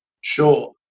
Sure